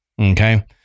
Okay